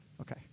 Okay